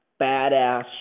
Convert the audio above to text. badass